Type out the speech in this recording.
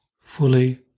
fully